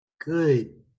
good